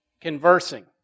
conversing